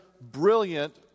brilliant